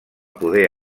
poder